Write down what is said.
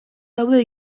daude